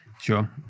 Sure